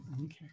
okay